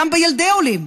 גם בילדי עולים.